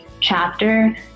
chapter